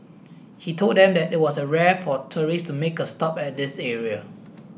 he told them that it was rare for tourists to make a stop at this area